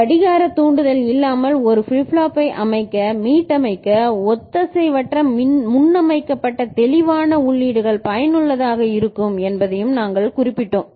கடிகார தூண்டுதல் இல்லாமல் ஒரு பிளிப் ஃப்ளாப்பை அமைக்க மீட்டமைக்க ஒத்திசைவற்ற முன்னமைக்கப்பட்ட தெளிவான உள்ளீடுகள் பயனுள்ளதாக இருக்கும் என்பதையும் நாங்கள் குறிப்பிட்டோம்